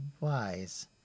wise